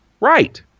Right